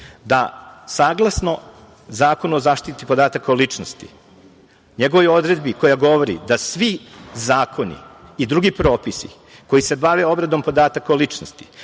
da saglasno Zakonu o zaštiti podataka o ličnosti, njegovoj odredbi koja govori da svi zakoni i drugi propisi koji se bave obradom podataka o ličnosti